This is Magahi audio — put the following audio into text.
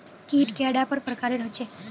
कीट कैडा पर प्रकारेर होचे?